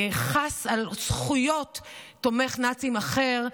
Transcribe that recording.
חס על זכויות תומך נאצים אחר,